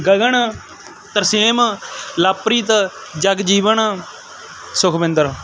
Gagan Tarsem Lovepreet Jagjivan Sukhwinder